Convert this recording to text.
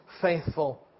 faithful